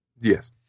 Yes